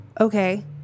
okay